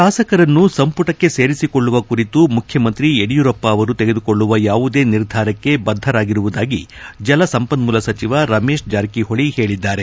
ಶಾಸಕರನ್ನು ಸಂಪುಟಕ್ಕೆ ಸೇರಿಸಿಕೊಳ್ಳುವ ಕುರಿತು ಮುಖ್ಯಮಂತ್ರಿ ಯಡಿಯೂರಪ್ಪ ಅವರು ತೆಗೆದುಕೊಳ್ಳುವ ಯಾವುದೇ ನಿರ್ಧಾರಕ್ಕೆ ಬದ್ದರಾಗಿರುವುದಾಗಿ ಜಲಸಂಪನ್ನೂಲ ಸಚಿವ ರಮೇಶ್ ಜಾರಕಿಹೊಳಿ ಹೇಳಿದ್ದಾರೆ